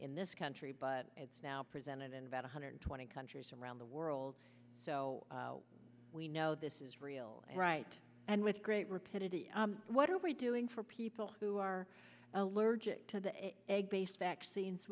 in this country but it's now presented in about one hundred twenty countries around the world so we know this is real right and with great rapidity what are we doing for people who are allergic to the egg based vaccines